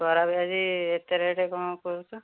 ବରା ପିଆଜି ଏତେ ରେଟ୍ କ'ଣ କହୁଛ